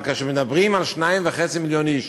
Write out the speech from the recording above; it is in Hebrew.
אבל כאשר מדברים על 2.5 מיליון איש,